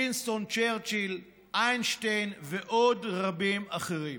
וינסטון צ'רצ'יל, איינשטיין ועוד רבים אחרים.